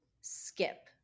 skip